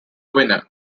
winner